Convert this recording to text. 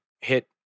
hit